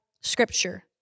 scripture